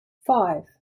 five